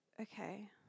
Okay